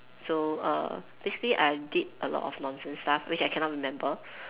so err basically I did a lot of nonsense stuff which I cannot remember